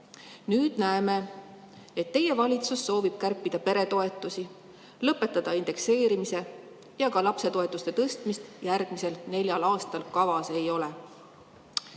Nüüd näeme, et teie valitsus soovib kärpida peretoetusi, lõpetada indekseerimise ja ka lapsetoetuste tõstmist järgmisel neljal aastal kavas ei ole.